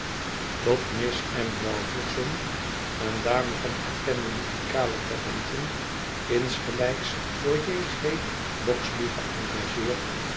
miss m melvilleson eene dame van erkende muzikale talenten insgelijks door j g bogsby